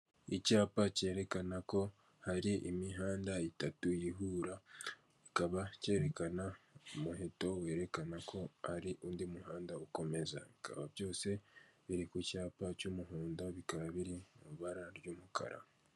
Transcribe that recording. Icyapa cyerekana ko hari imihanda itatu ihura, kikaba cyerekana umuheto werekana ko ari undi muhanda ukomeza. Bikaba byose biri ku cyapa cy'umuhondo, bikaba biri mu ibara ry'umukara.